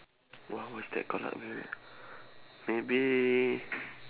what was that kalau very maybe